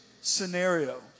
scenario